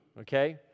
okay